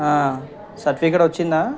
certificate వచ్చిందా